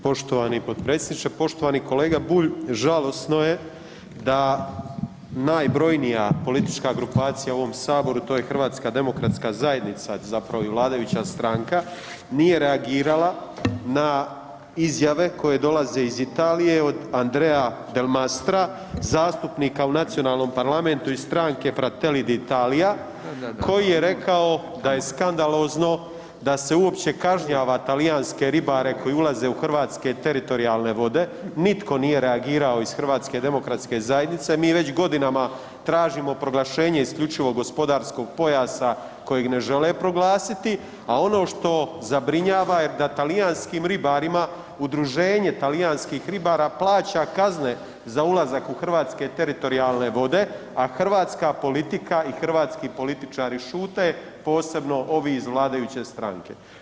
Poštovani potpredsjedniče, poštovani kolega Bulj žalosno je da najbrojnija politička grupacija u ovom saboru, to je HDZ zapravo i vladajuća stranka nije reagirala na izjave koje dolaze iz Italije od Andrea Delmastra, zastupnika u nacionalnom parlamentu iz stranke Fratelli d'Italia koji je rekao da je skandalozno da se uopće kažnjava talijanske ribare koji ulaze u Hrvatske teritorijalne vode, nitko nije reagirao iz HDZ-a, mi već godinama tražimo proglašenje isključivog gospodarskog pojasa kojeg ne žele proglasiti, a ono što zabrinjava je da talijanskim ribarima udruženje talijanskih ribara plaća kazne za ulazak u Hrvatske teritorijalne vode, a hrvatska politika i hrvatski političari vode, posebno ovi iz vladajuće stranke.